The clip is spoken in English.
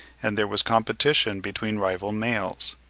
and there was competition between rival males.